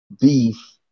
beef